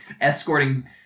escorting